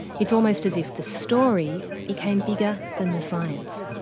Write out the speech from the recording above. it's almost as if the story became bigger than the science.